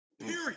Period